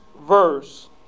verse